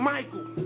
Michael